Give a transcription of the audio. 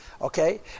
okay